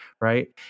right